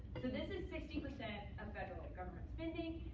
so this is sixty percent of federal government spending.